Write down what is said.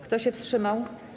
Kto się wstrzymał?